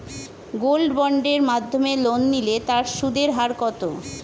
Gold বন্ডের মাধ্যমে loan নিলে তার সুদের হার কত?